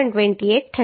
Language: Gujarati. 28 થશે